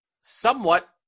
somewhat